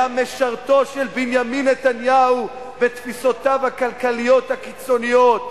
היה משרתו של בנימין נתניהו ותפיסותיו הכלכליות הקיצוניות,